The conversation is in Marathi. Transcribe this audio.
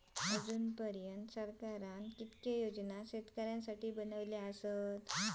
अजून पर्यंत सरकारान किती योजना शेतकऱ्यांसाठी बनवले?